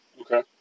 Okay